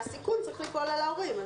שהסיכון צריך ליפול על ההורים.